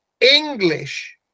english